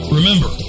Remember